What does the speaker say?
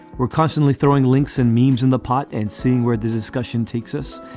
we're constantly throwing links and meemaw's in the pot and seeing where the discussion takes us.